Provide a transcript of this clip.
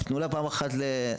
תנו לה פעם אחת להתפרע.